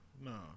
No